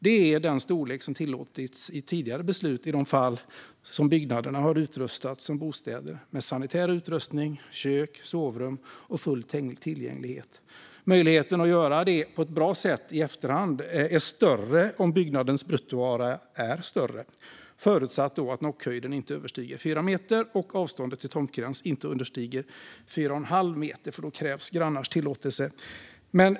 Det är den storlek som tillåtits i tidigare beslut i de fall byggnaderna har utrustats som bostäder med sanitär utrustning, kök, sovrum och full tillgänglighet. Möjligheten att göra detta på ett bra sätt i efterhand är större om byggnadens bruttoarea är större. Förutsättningen är att nockhöjden inte överstiger 4 meter och att avståndet till tomtgräns inte understiger 4,5 meter. Är det ett kortare avstånd till tomtgränsen krävs grannars tillåtelse.